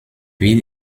wird